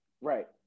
Right